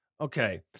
Okay